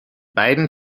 beiden